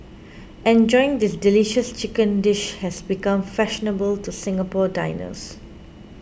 enjoying this delicious chicken dish has become fashionable to Singapore diners